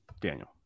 Daniel